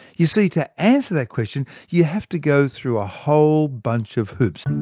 you see, to answer that question, you have to go through a whole bunch of hoops.